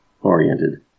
oriented